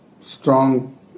strong